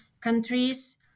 countries